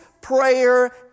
prayer